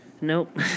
Nope